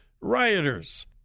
Rioters